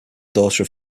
daughter